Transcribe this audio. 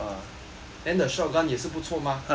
then the shotgun 也是不错嘛